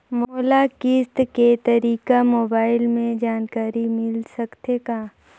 मोला किस्त के तारिक मोबाइल मे जानकारी मिल सकथे का?